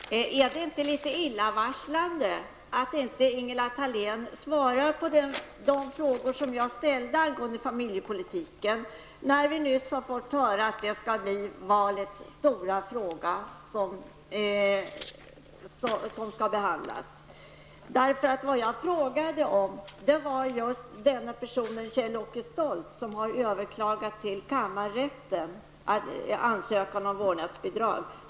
Herr talman! Är det inte litet illavarslande att Ingela Thalén inte svarar på de frågor som jag ställde angående familjepolitiken, när vi nyss har fått höra att det skall bli valets stora fråga? Jag ställde en fråga om Kjell-Åke Stolt, som hos kammarrätten har överklagat beslutet rörande ansökan om vårdnadsbidrag.